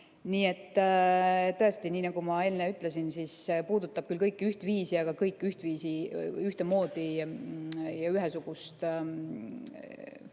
Nii et tõesti, nii nagu ma enne ütlesin, siis see puudutab küll kõiki ühtviisi, aga kõik ühtemoodi ja ühesugust